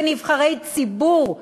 כנבחרי ציבור,